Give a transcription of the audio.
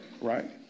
right